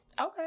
okay